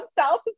south